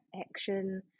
action